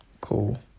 Cool